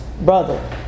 brother